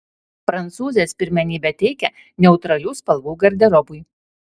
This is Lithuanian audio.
prancūzės pirmenybę teikia neutralių spalvų garderobui